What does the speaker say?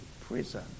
prison